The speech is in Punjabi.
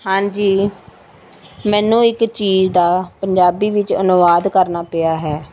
ਹਾਂਜੀ ਮੈਨੂੰ ਇੱਕ ਚੀਜ਼ ਦਾ ਪੰਜਾਬੀ ਵਿੱਚ ਅਨੁਵਾਦ ਕਰਨਾ ਪਿਆ ਹੈ